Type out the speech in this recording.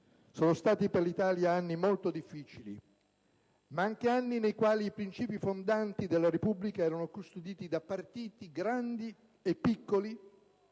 Sono stati per l'Italia anni molto difficili, ma anche anni nei quali i princìpi fondanti della Repubblica erano custoditi da partiti grandi e piccoli